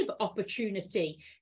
opportunity